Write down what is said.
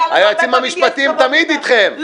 --- היועצים המשפטיים תמיד אתכם,